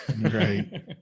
Right